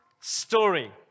story